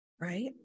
Right